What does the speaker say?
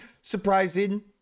surprising